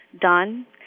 done